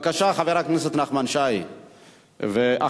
חבר הכנסת נחמן שי, בבקשה.